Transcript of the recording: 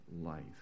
life